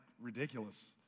ridiculous